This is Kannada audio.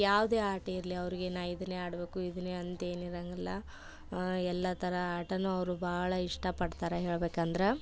ಯಾವುದೇ ಆಟ ಇರಲಿ ಅವ್ರಿಗೆ ನಾನು ಇದನ್ನೇ ಆಡಬೇಕು ಇದನ್ನೇ ಅಂತ ಏನಿರೋಂಗಿಲ್ಲ ಎಲ್ಲ ಥರ ಆಟವು ಅವರು ಭಾಳ ಇಷ್ಟಪಡ್ತಾರೆ ಹೇಳ್ಬೇಕಂದ್ರೆ